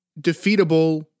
defeatable